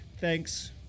Thanks